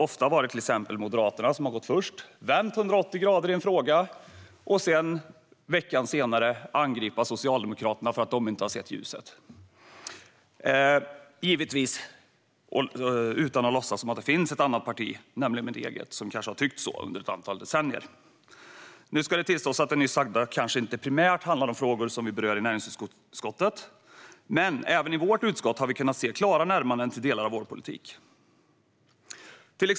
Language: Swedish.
Ofta har Moderaterna gått först, vänt 180 grader i en fråga för att en vecka senare angripa Socialdemokraterna för att dessa inte har sett ljuset, givetvis utan att låtsas som att det finns ett annat parti, nämligen mitt eget, som kanske har tyckt så under ett antal decennier. Nu ska jag tillstå att det nyss sagda kanske inte primärt handlar om frågor som vi behandlar i näringsutskottet. Men även i vårt utskott har vi kunnat se klara närmanden till delar av vår politik.